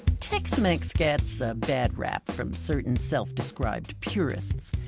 tex-mex gets a bad rap from certain self-described purists.